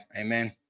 amen